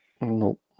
Nope